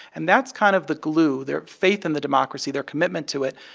and that's kind of the glue their faith in the democracy, their commitment to it.